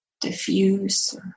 diffuse